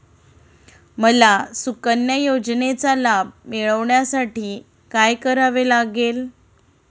मला सुकन्या योजनेचा लाभ मिळवण्यासाठी काय करावे लागेल?